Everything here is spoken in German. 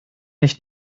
nicht